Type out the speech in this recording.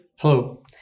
Hello